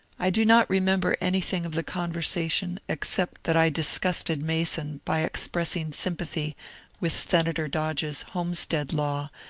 i do not remember anything of the conversation except that i disgusted mason by express ing sympathy with senator dodge's homestead law,